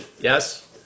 yes